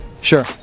Sure